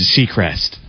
Seacrest